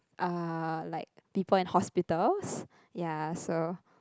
uh like people in hospitals ya so